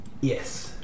Yes